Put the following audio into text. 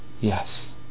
Yes